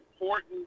important